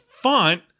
font